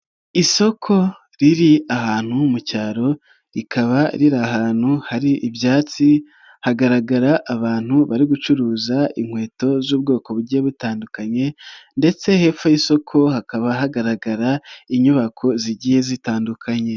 Isoko riri ahantu mu cyaro rikaba riri ahantu hari ibyatsi, hagaragara abantu bari gucuruza inkweto z'ubwoko bugiye butandukanye ndetse hepfo y'isoko hakaba hagaragara inyubako zigiye zitandukanye.